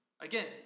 Again